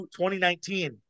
2019